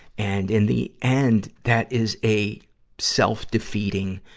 and, in the end, that is a self-defeating,